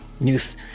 News